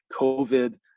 COVID